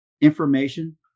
information